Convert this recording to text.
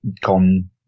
gone